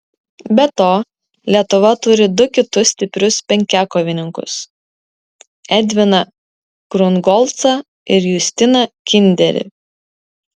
be to lietuva turi du kitus stiprius penkiakovininkus edviną krungolcą ir justiną kinderį